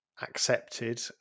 Accepted